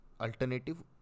Alternative